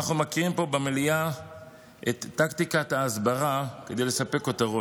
אנחנו מכירים פה במליאה את טקטיקת ההסברה כדי לספק כותרות.